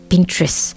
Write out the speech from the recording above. Pinterest